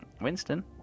Winston